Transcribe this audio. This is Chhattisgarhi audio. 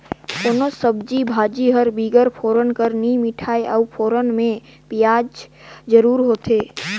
कोनोच सब्जी भाजी हर बिगर फोरना कर नी मिठाए अउ फोरना में पियाज जरूरी होथे